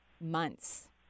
months